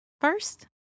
First